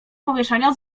pomieszania